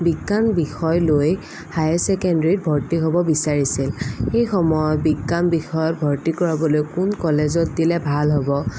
বিজ্ঞান বিষয় লৈ হাই ছেকেণ্ডেৰীত ভৰ্তি হ'ব বিচাৰিছিল সেই সময়ত বিজ্ঞান বিষয়ত ভৰ্তি কৰাবলৈ কোন কলেজত দিলে ভাল হ'ব